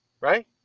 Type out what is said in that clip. right